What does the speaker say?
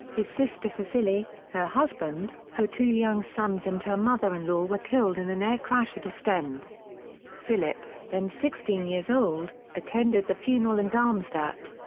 his sister cecilie, her husband, her two young sons and her mother-in-law were killed in an air crash at ostend philip, then sixteen years old, attended the funeral in darmstadt.